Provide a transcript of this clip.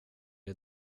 det